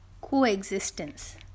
coexistence